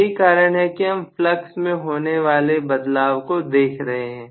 यही कारण है कि हम फ्लक्स में होने वाले बदलाव को देख रहे हैं